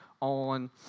on